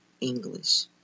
English